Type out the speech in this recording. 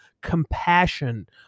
compassion